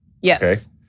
Yes